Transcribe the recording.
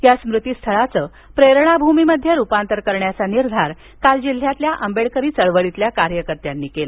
या स्मृतीस्थळाचं प्रेरणाभूमीत रुपांतर करण्याचा निर्धार काल जिल्ह्यातल्या आंबेडकरी चळवळीतल्या कार्यकर्त्यांनी केला